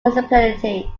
municipality